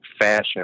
fashion